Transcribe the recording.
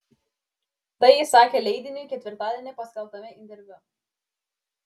tai jis sakė leidiniui ketvirtadienį paskelbtame interviu